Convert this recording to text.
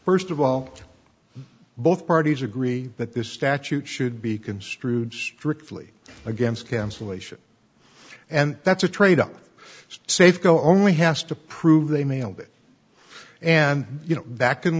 first of all both parties agree that this statute should be construed strictly against cancellation and that's a tradeoff safeco only has to prove they mailed it and you know that can